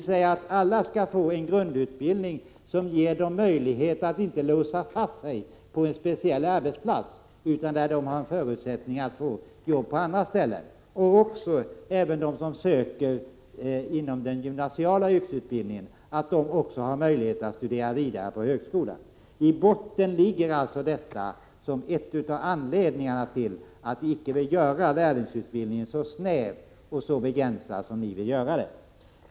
Vi säger att alla skall få en grundutbildning som ger dem möjlighet att inte låsa fast sig på en speciell arbetsplats utan som ger dem förutsättningar att få jobb på andra ställen och att de som söker till gymnasiala yrkesutbildningen skall ha möjlighet att studera vidare på högskola. Detta ligger i botten som en av anledningarna till att vi inte vill göra lärlingsutbildningen så snäv och så begränsad som ni vill göra den.